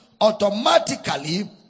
automatically